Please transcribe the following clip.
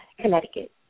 Connecticut